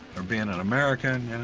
or being an american,